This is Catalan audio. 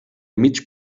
mig